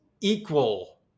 equal